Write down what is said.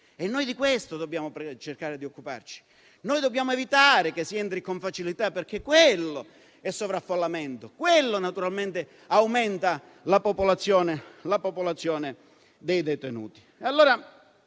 Noi di questo dobbiamo cercare di occuparci: dobbiamo evitare che si entri con facilità, perché quello è sovraffollamento e aumenta la popolazione dei detenuti.